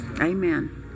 Amen